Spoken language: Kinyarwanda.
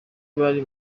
bari